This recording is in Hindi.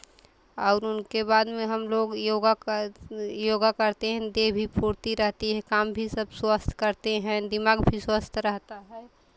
और उनके बाद में हम लोग योगा का योगा करते हैं देह भी फुर्ती रहती है काम भी सब स्वस्थ करते हैं दिमाग भी स्वस्थ रहता है